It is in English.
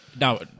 Now